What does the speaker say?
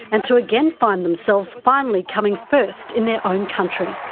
and to again find themselves finally coming first in their own country.